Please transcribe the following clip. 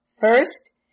First